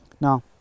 Now